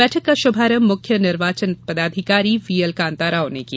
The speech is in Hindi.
बैठक का शुभारंभ मुख्य निर्वाचन पदाधिकारी वी एल कांताराव ने किया